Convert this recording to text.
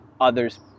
others